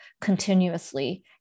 continuously